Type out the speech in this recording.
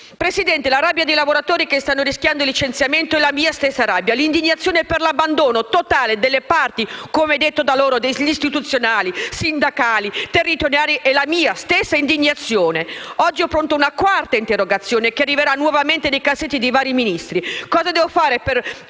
Presidente, la rabbia dei lavoratori che stanno rischiando il licenziamento è la mia stessa rabbia. L'indignazione per l'abbandono totale delle parti, come detto da loro, istituzionali, sindacali e territoriali è la mia stessa indignazione. Oggi ho pronta una quarta interrogazione che arriverà nuovamente nei cassetti di vari Ministri. Cosa devo fare,